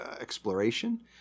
exploration